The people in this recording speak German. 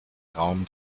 raum